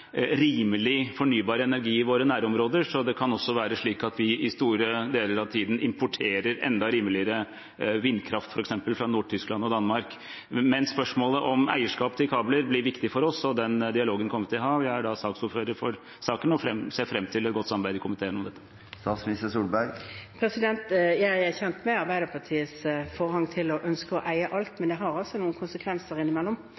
rimelig fornybar energi i våre nærområder, så det kan være slik at man store deler av tiden importerer enda rimeligere vindkraft, f.eks. fra Nord-Tyskland og Danmark. Men spørsmålet om eierskap til kabler er viktig for oss, og den dialogen kommer vi til å ha. Jeg er saksordfører for saken og ser fram til et godt samarbeid om dette i komiteen. Jeg er kjent med Arbeiderpartiets ønske om å eie alt,